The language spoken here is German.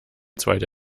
zweite